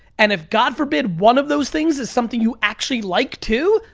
and if, god forbid, one of those things is something you actually like, too,